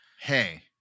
Hey